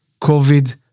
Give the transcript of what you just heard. COVID